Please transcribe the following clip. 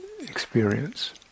experience